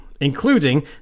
including